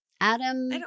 Adam